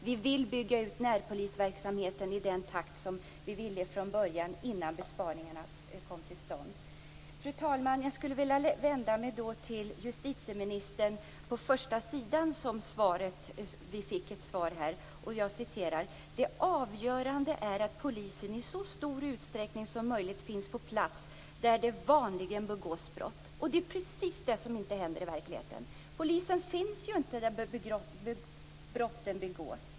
Vi vill bygga ut närpolisverksamheten i den takt vi ville från början, innan besparingarna kom till stånd. Fru talman! Jag skulle vilja vända mig till justitieministern. På första sidan av svaret står: "Det avgörande är att polisen i så stor utsträckning som möjligt finns på plats där det vanligen begås brott." Det är precis det som inte händer i verkligheten. Polisen finns inte där brotten begås.